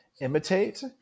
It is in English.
imitate